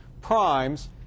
primes